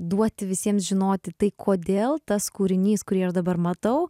duoti visiems žinoti tai kodėl tas kūrinys kurį aš dabar matau